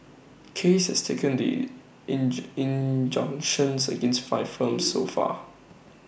case has taken the in injunctions against five firms so far